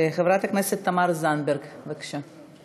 חברת הכנסת תמר זנדברג, בבקשה.